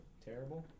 terrible